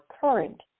current